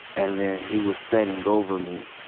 and then he was standing over me.